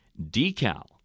DECAL